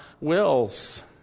wills